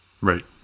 Right